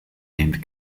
named